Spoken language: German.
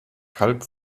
kalb